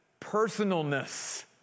personalness